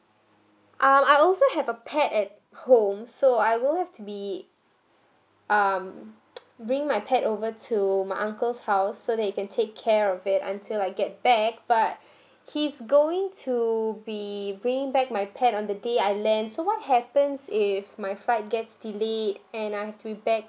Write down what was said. um I also have a pet at home so I will have to be um bring my pet over to my uncle's house so they can take care of it until I get back but he's going to be bringing back my pet on the day I land so what happens if my flight gets delay and I have to be back